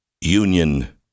union